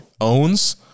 owns